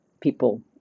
people